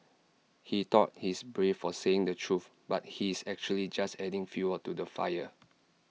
he thought he's brave for saying the truth but he's actually just adding fuel to the fire